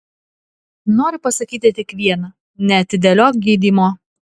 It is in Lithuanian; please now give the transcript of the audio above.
noriu pasakyti tik viena neatidėliok gydymo